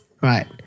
Right